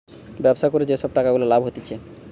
ব্যবসা করে যে সব টাকা গুলা লাভ হতিছে